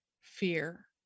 fear